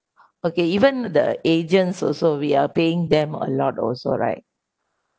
okay even the agents also we are paying them a lot also right